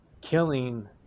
killing